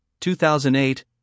2008